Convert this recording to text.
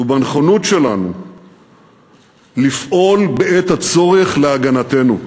ובנכונות שלנו לפעול בעת הצורך להגנתנו.